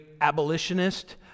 abolitionist